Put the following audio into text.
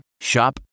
Shop